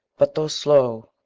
but, though slow,